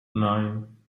nine